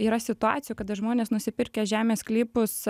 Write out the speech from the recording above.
yra situacijų kada žmonės nusipirkę žemės sklypus